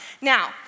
Now